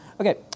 Okay